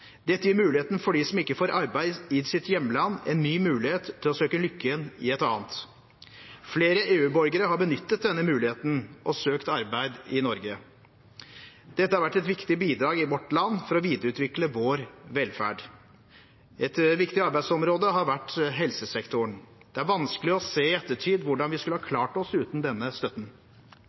Dette gir dem som ikke får arbeid i sitt hjemland, en ny mulighet til å søke lykken i et annet. Flere EU-borgere har benyttet denne muligheten og søkt arbeid i Norge. Dette har vært et viktig bidrag i vårt land for å videreutvikle vår velferd. Et viktig arbeidsområde har vært helsesektoren. Det er vanskelig å se i ettertid hvordan vi skulle ha klart oss uten denne støtten.